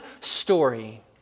story